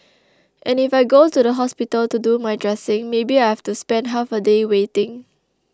and if I go to the hospital to do my dressing maybe I have to spend half a day waiting